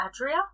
Adria